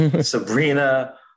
Sabrina